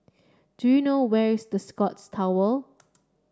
do you know where is The Scotts Tower